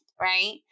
right